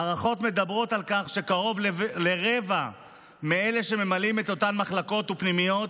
ההערכות מדברות על כך שקרוב לרבע מאלה שממלאים את אותן מחלקות ופנימיות